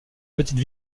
petite